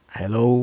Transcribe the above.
hello